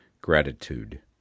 gratitude